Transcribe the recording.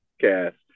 cast